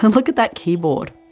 and look at that keyboard,